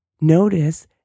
Notice